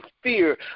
fear